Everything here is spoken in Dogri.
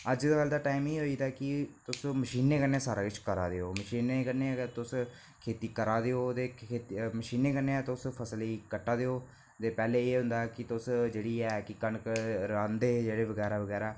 अजकल दा टाइम एह् होई गेदा कि तुस मशीनें कन्नै सारा किश करो मशीनें कन्नै गै तुस खेती करा दे ओ ते मशीनें कन्नै गै तुस फसला गी कट्टा दे ओ ते पैहलें एह् होंदा हा कि तुस जेहड़ी है कि कनक रांह्दे हे जेहडे बगैरा बगैरा